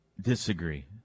Disagree